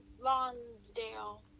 Lonsdale